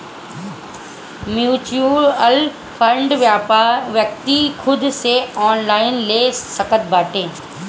mutual fund व्यक्ति खुद से ऑनलाइन ले सकत बाटे